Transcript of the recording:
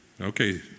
Okay